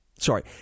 Sorry